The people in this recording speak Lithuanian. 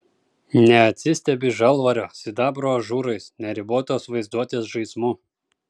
neatsistebi žalvario sidabro ažūrais neribotos vaizduotės žaismu